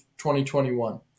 2021